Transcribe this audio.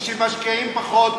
כשמשקיעים פחות,